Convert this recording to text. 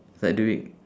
it's like doing